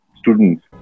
students